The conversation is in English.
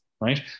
Right